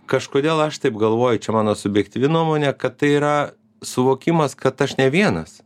kažkodėl aš taip galvoju čia mano subjektyvi nuomonė kad tai yra suvokimas kad aš ne vienas